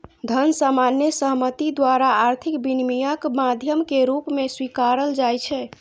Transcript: धन सामान्य सहमति द्वारा आर्थिक विनिमयक माध्यम के रूप मे स्वीकारल जाइ छै